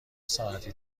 ساعتی